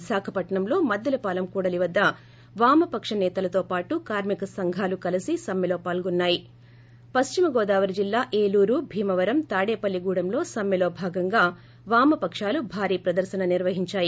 విశాఖపట్నంలో మద్దిలపాలెం కూడలి వద్ద వామపక్ష సేతలతో పాటు కార్మిక సంఘాలు కలిసి సమ్మేలో పాల్గొన్నారు పశ్చిమగోదావరిజిల్లా ఏలూరుభీమవరం తాడేపల్లిగుడెంలో సమ్మె లో భాగంగా వామపకాలు భారీ ప్రదర్తన నిర్వహించాయి